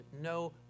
no